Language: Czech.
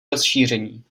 rozšíření